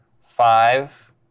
five